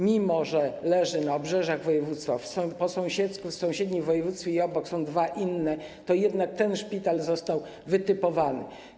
Mimo że leży na obrzeżach województwa, po sąsiedzku, w sąsiednim województwie i obok, są dwa inne, ten szpital został wytypowany.